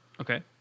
Okay